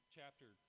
chapter